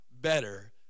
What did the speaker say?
better